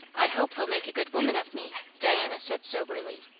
i hope he'll make a good woman of me, diana said soberly.